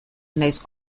nahiz